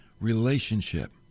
relationship